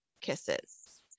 Kisses